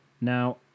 Now